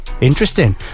Interesting